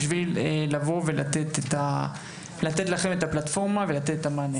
כדי לתת לכם את הפלטפורמה ולהוביל את המענה